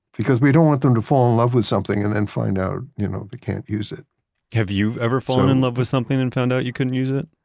because we don't want them to fall in love with something and then find out you know they can't use it have you ever fallen in love with something and found out you couldn't use it?